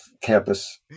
campus